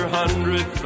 hundred